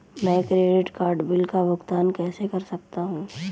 मैं credit card bill का भुगतान कैसे कर सकता हूं?